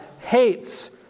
Hates